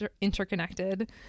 interconnected